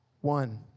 one